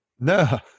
no